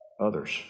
others